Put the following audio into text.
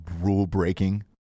rule-breaking